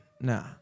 Nah